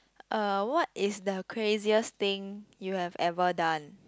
uh what is the craziest thing you have ever done